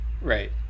Right